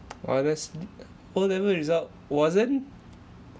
what others d~ O level result wasn't